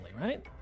right